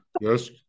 Yes